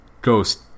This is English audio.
ghost